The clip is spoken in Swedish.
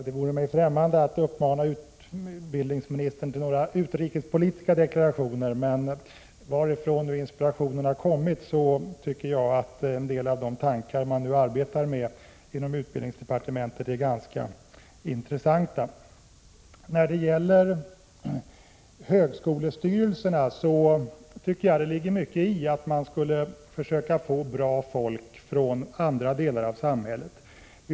Det vore mig främmande att uppmana utbildningsministern till några utrikespolitiska deklarationer, men oavsett varifrån inspirationen har kommit tycker jag att en del av de tankar man nu arbetar med inom utbildningsdepartementet är ganska intressanta. Det ligger enligt min mening mycket i tanken att man skulle försöka få bra folk till högskolestyrelserna från andra delar av samhället.